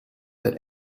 that